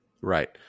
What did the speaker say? Right